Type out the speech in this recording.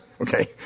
Okay